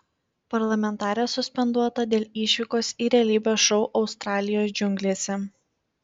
parlamentarė suspenduota dėl išvykos į realybės šou australijos džiunglėse